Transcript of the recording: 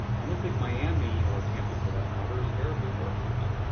i don't think miami, or tampa for that matter, is terribly far from that.